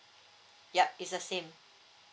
yup it's the same